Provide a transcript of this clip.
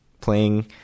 Playing